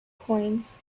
coins